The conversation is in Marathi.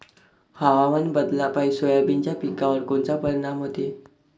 हवामान बदलापायी सोयाबीनच्या पिकावर कोनचा परिणाम होते?